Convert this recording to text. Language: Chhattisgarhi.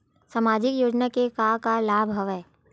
सामाजिक योजना के का का लाभ हवय?